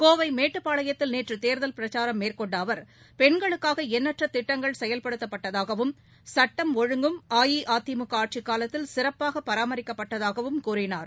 கோவை மேட்டுப்பாளையத்தில் நேற்று தேர்தல் பிரச்சாரம் மேற்கொண்ட அவர் பெண்களுக்காக எண்ணற்ற திட்டங்கள் செயல்படுத்தப்பட்டதாகவும் சுட்டம் ஒழுங்கும் அஇஅதிமுக ஆட்சிக்காலத்தில் சிறப்பாக பராமரிக்கப்பட்டதாகவும் கூறினார்